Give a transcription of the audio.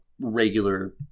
regular